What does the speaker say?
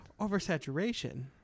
Oversaturation